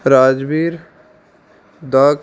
Rajveer Daksh